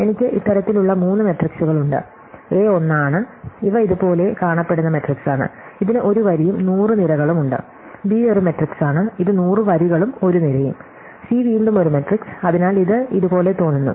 എനിക്ക് ഇത്തരത്തിലുള്ള മൂന്ന് മെട്രിക്സുകളുണ്ട് എ 1 ആണ് ഇവ ഇതുപോലെ കാണപ്പെടുന്ന മാട്രിക്സാണ് ഇതിന് 1 വരിയും 100 നിരകളും ഉണ്ട് ബി ഒരു മാട്രിക്സാണ് ഇത് 100 വരികളും 1 നിരയും സി വീണ്ടും ഒരു മാട്രിക്സ് അതിനാൽ ഇത് ഇതുപോലെ തോന്നുന്നു